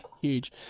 huge